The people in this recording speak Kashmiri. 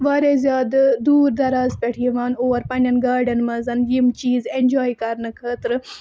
واریاہ زیادٕ دوٗر دراز پٮ۪ٹھ یِوان اور پنٛنٮ۪ن گاڑٮ۪ن منٛز یِم چیٖز اٮ۪نجاے کَرنہٕ خٲطرٕ